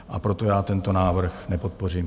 A proto já tento návrh nepodpořím.